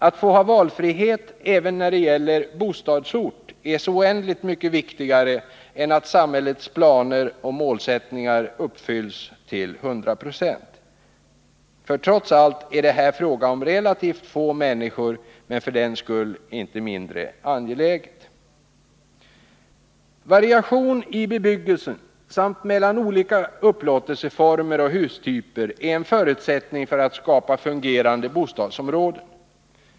Att få ha valfrihet även när det gäller bostadsort är så oändligt mycket viktigare än att samhällets planer och målsättningar uppfylls till 100 96. För trots allt är det fråga om relativt få människor, men för den skull inte mindre angeläget. Variation i bebyggelsen samt mellan olika upplåtelseformer och hustyper är en förutsättning för att skapa fungerande bostadsområden.